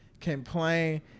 complain